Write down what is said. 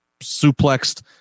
suplexed